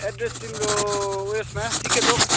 address तिम्रो उयसमा सिके चोक